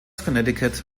connecticut